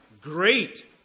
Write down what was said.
great